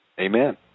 Amen